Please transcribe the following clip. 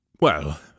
Well